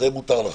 זה מותר לך.